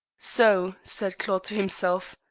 so, said claude to himself,